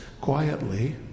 quietly